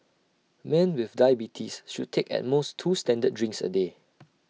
men with diabetes should take at most two standard drinks A day